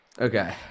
Okay